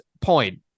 point